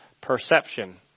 perception